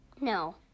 No